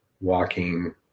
walking